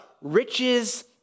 riches